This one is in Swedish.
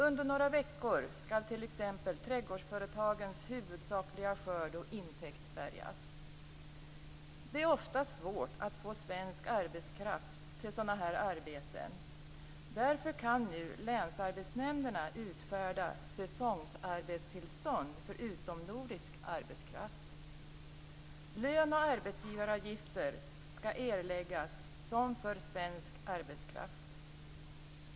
Under några veckor skall t.ex. trädgårdsföretagens huvudsakliga skörd och intäkt bärgas. Det är ofta svårt att få svensk arbetskraft till sådana här arbeten. Därför kan nu länsarbetsnämnderna utfärda säsongsarbetstillstånd för utomnordisk arbetskraft. Lön och arbetsgivaravgifter skall erläggas som för svensk arbetskraft.